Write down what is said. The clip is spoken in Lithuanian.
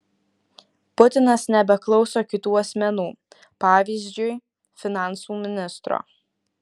putinas nebeklauso kitų asmenų pavyzdžiui finansų ministro